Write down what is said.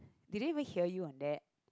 did it even hear you on that